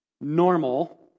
normal